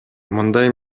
мындай